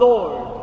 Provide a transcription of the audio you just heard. Lord